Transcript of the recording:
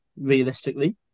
realistically